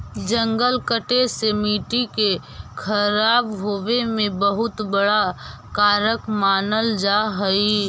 जंगल कटे से मट्टी के खराब होवे में बहुत बड़ा कारक मानल जा हइ